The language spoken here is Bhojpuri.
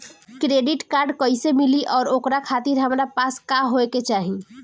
क्रेडिट कार्ड कैसे मिली और ओकरा खातिर हमरा पास का होए के चाहि?